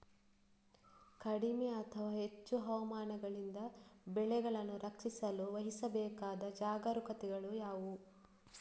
ಕಡಿಮೆ ಅಥವಾ ಹೆಚ್ಚು ಹವಾಮಾನಗಳಿಂದ ಬೆಳೆಗಳನ್ನು ರಕ್ಷಿಸಲು ವಹಿಸಬೇಕಾದ ಜಾಗರೂಕತೆಗಳು ಯಾವುವು?